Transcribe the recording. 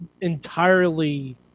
entirely